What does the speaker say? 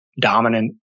dominant